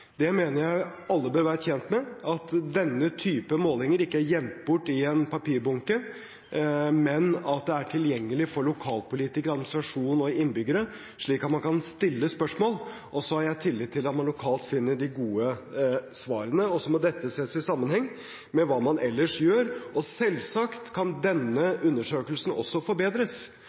mener at alle bør være tjent med at denne typen målinger ikke er gjemt bort i en papirbunke, men at de er tilgjengelig for lokalpolitikere, administrasjon og innbyggere, slik at man kan stille spørsmål. Så har jeg tillit til at man lokalt finner de gode svarene. Dette må også ses i sammenheng med hva man ellers gjør. Selvsagt kan også denne undersøkelsen forbedres, men det at ting kan forbedres,